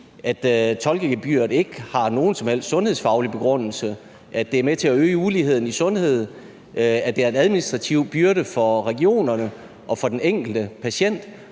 at tolkegebyret ikke har nogen som helst sundhedsfaglig begrundelse; at det er med til at øge uligheden i sundhed; at det er en administrativ byrde for regionerne og for den enkelte patient;